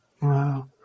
Wow